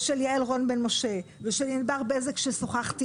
של יעל רון בן משה ושל ענבר בזק ששוחחתי